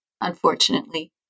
unfortunately